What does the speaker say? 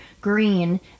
green